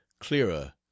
clearer